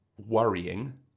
worrying